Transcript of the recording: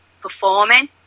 performing